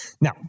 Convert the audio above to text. Now